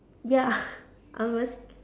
ya I'm asking